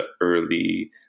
early